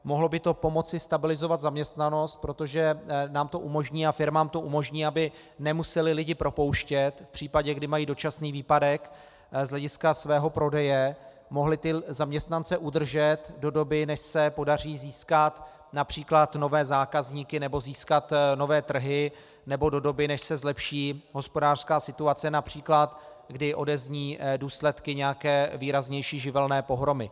Mohlo by to pomoci stabilizovat zaměstnanost, protože nám to umožní a firmám to umožní, aby nemusely lidi propouštět v případě, kdy mají dočasný výpadek z hlediska svého prodeje, mohly zaměstnance udržet do doby, než se podaří získat například nové zákazníky nebo získat nové trhy, nebo do doby, než se zlepší hospodářská situace, například kdy odezní důsledky nějaké výraznější živelní pohromy.